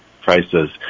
prices